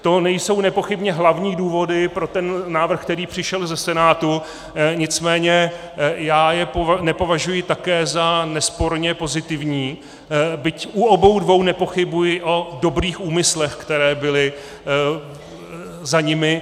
To nejsou nepochybně hlavní důvody pro návrh, který přišel ze Senátu, nicméně já je nepovažuji také za nesporně pozitivní, byť u obou dvou nepochybuji o dobrých úmyslech, které byly za nimi.